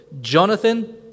Jonathan